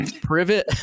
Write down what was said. Privet